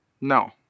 No